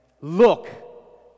look